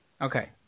Okay